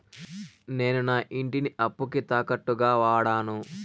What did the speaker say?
నేను నా ఇంటిని అప్పుకి తాకట్టుగా వాడాను